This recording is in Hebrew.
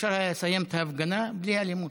אפשר היה לסיים את ההפגנה בלי אלימות.